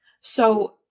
So-